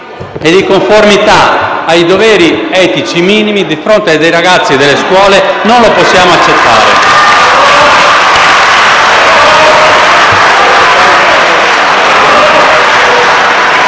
e di conformità ai doveri etici minimi, anche di fronte ai ragazzi delle scuole. Non lo possiamo accettare.